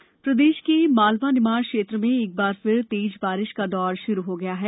मौसम प्रदेश के मालवा निमाड़ क्षेत्र में एक बार फिर तेज बारिश का दौर शुरू हो गया है